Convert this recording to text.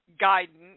Guidance